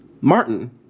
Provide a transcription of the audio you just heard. Martin